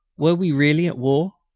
were we really at war?